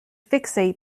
fixate